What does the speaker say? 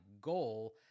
goal